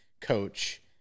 coach